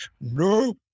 no